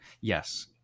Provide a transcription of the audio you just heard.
yes